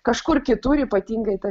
kažkur kitur ypatingai ta